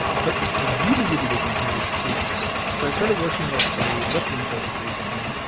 but the really, really big one here is truecoach. so i started working with a lifting coach recently.